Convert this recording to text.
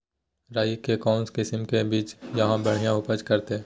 राई के कौन किसिम के बिज यहा बड़िया उपज करते?